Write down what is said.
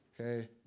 Okay